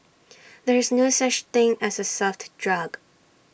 there is no such thing as A soft drug